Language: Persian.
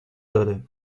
داره